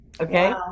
Okay